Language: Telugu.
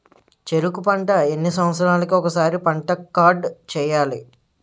చెరుకు పంట ఎన్ని సంవత్సరాలకి ఒక్కసారి పంట కార్డ్ చెయ్యాలి?